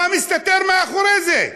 מה מסתתר מאחורי זה?